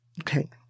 Okay